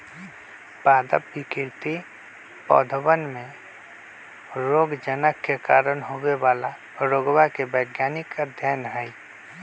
पादप विकृति पौधवन में रोगजनक के कारण होवे वाला रोगवा के वैज्ञानिक अध्ययन हई